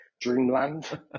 dreamland